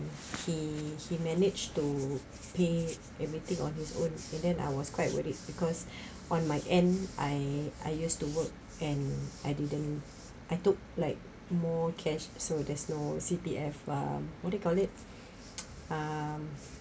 he he managed to pay everything on his own and then I was quite worried because on my end I I used to work and I didn't I took like more cash so there's no C_P_F um what it called it um